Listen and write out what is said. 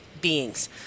beings